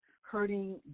hurting